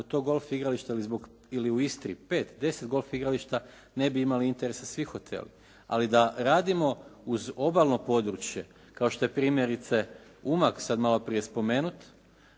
tog golf igrališta ili u Istri 5, 10 golf igrališta ne bi imali interese svi hoteli. Ali da radimo uz obalno područje, kao što primjerice Umag sad malo prije spomenut,